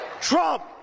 Trump